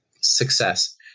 Success